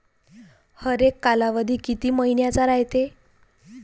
हरेक कालावधी किती मइन्याचा रायते?